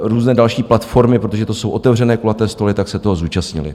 Různé další platformy, protože to jsou otevřené kulaté stoly, se toho zúčastnily.